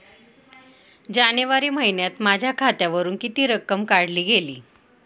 जानेवारी महिन्यात माझ्या खात्यावरुन किती रक्कम काढली गेली?